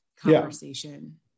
conversation